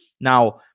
Now